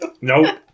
Nope